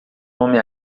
homem